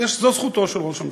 זו זכותו של ראש הממשלה.